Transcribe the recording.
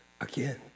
again